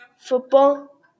football